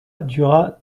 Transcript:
dura